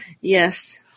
Yes